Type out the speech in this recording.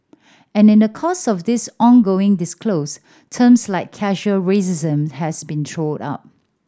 and in the course of this ongoing discourse terms like casual racism have been thrown up